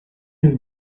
have